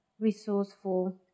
resourceful